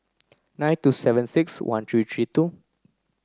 nine two seven six one three three two